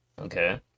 Okay